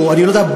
או אני לא יודע,